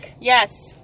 Yes